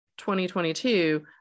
2022